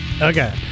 Okay